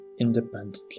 independently